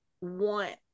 want